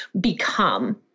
become